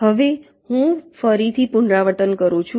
હવે હું ફરીથી પુનરાવર્તન કરું છું